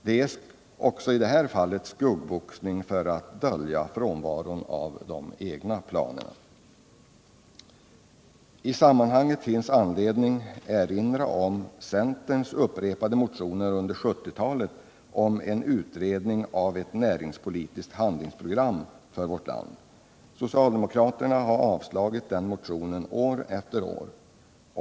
Det är också i det här fallet fråga om skuggboxning för att dölja försummelser och frånvaron av egna planer. I sammanhanget finns det anledning att peka på centerns upprepade motioner under 1970-talet om en utredning av ett näringspolitiskt handlingsprogram för vårt land. Socialdemokraterna har avslagit dessa motioner år efter år.